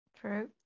true